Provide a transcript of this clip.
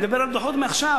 אני מדבר על דוחות מעכשיו,